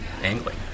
angling